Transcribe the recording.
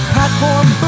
Platform